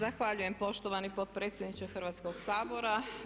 Zahvaljujem poštovani potpredsjedniče Hrvatskog sabora.